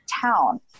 town